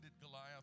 Goliath